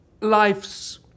Life's